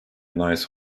nice